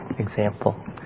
example